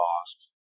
lost